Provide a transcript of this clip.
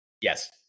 Yes